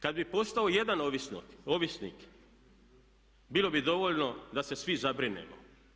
Kad bi postao jedan ovisnik bilo bi dovoljno da se svi zabrinemo.